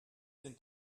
sind